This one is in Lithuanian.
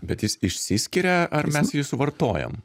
bet jis išsiskiria ar mes jį suvartojam